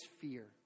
fear